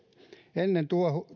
ennen